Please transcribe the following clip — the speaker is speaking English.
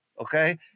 okay